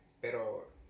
pero